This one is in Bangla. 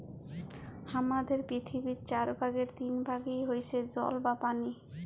হামাদের পৃথিবীর চার ভাগের তিন ভাগ হইসে জল বা পানি